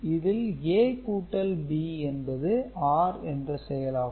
இதில்A கூட்டல் B என்பது OR என்ற செயலாகும்